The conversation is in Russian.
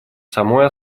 самой